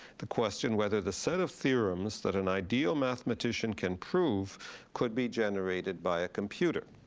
the question whether the set of theorems that an ideal mathematician can prove could be generated by a computer.